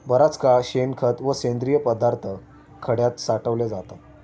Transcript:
बराच काळ शेणखत व सेंद्रिय पदार्थ खड्यात साठवले जातात